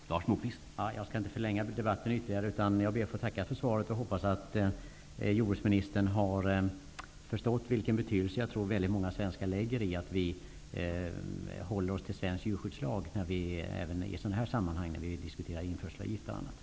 Herr talman! Jag skall inte förlänga debatten ytterligare. Jag ber att få tacka för svaret och hoppas att jordbruksministern har förstått vilken betydelse jag tror att många svenskar lägger vid att vi håller oss till svensk djurskyddslag även i sådana sammanhang då vi diskuterar införselavgifter och annat.